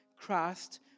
Christ